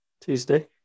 Tuesday